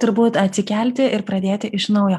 turbūt atsikelti ir pradėti iš naujo